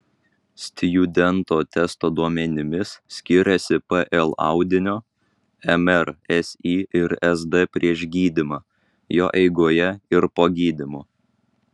stjudento testo duomenimis skiriasi pl audinio mr si ir sd prieš gydymą jo eigoje ir po gydymo